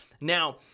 Now